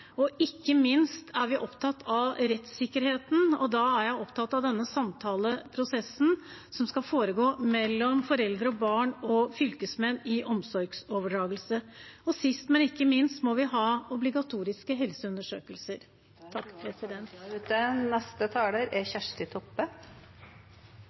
opptatt av rettssikkerheten, og da er jeg særlig opptatt av denne samtaleprosessen som skal foregå mellom foreldre og barn og fylkesmenn i forbindelse med omsorgsoverdragelse. Og sist, men ikke minst: Vi må ha obligatoriske helseundersøkelser. Eg tar ordet fordi eg meiner dette er